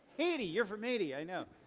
haiti! you're from haiti i know.